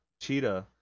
Cheetah